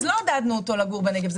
אז לא עודדנו אותו לגור בנגב.